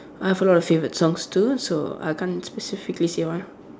I have a lot of favourite songs too so I can't specifically say one